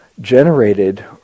generated